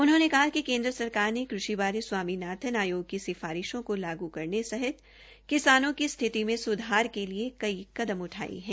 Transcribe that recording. उन्होंने कहा कि केन्द्र सरकार ने कृषि बारे स्वामीनाथन आयोग की सिफारिशों को लागू करने सहित किसानों की स्थिति में सुधार के लिए कई कदम उठाये है